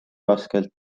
raskelt